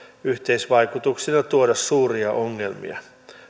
yhteisvaikutuksiltaan tuoda suuria ongelmia